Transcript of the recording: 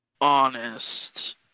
honest